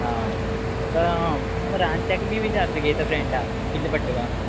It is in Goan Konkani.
आं पूण मरे आनी ताका बी विचार तुगे तो फ्रँडा कितले पडटा काय